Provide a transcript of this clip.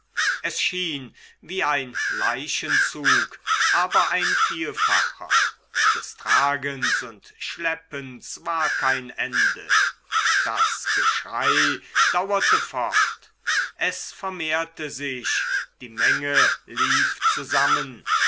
es schien wie ein leichenzug aber ein vielfacher des tragens und schleppens war kein ende das geschrei dauerte fort es vermehrte sich die menge lief zusammen